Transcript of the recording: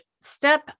step